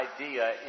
idea